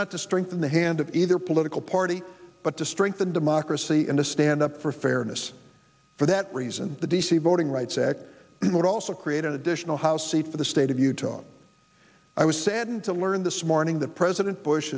not to strengthen the hand of either political party but to strengthen democracy and to stand up for fairness for that reason the d c voting rights act would also create an additional house seats for the state of utah i was saddened to learn this morning that president bush